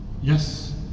Yes